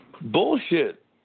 Bullshit